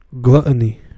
Gluttony